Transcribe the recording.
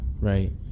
right